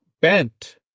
bent